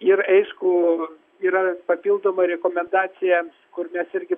ir aišku yra papildoma rekomendacija kur mes irgi